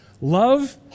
love